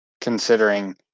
considering